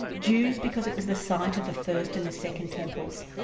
jews because it was the site of the first and the second temples,